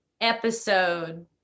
episode